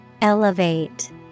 Elevate